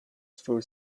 for